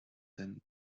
den